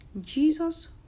jesus